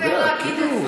אתה יודע, כאילו,